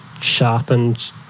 sharpened